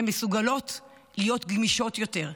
הן מסוגלות להיות גמישות יותר,